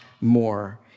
more